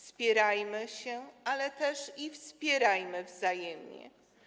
Spierajmy się, ale też wspierajmy wzajemnie.